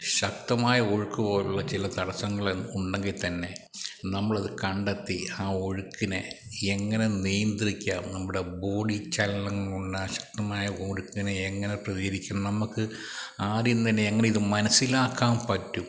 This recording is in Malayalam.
ശക്തമായ ഒഴുക്ക് പോലുള്ള ചില തടസ്സങ്ങളെ ഉണ്ടെങ്കിൽ തന്നെ നമ്മളത് കണ്ടെത്തി ആ ഒഴുക്കിനെ എങ്ങനെ നിയന്ത്രിക്കാം നമ്മുടെ ബോഡി ചലനം കൊണ്ട് ആ ശക്തനായ ഒഴുക്കിനെ എങ്ങനെ പ്രതികരിക്കണം നമ്മള്ക്ക് ആദ്യം തന്നെ എങ്ങനെ ഇത് മനസ്സിലാക്കാന് പറ്റും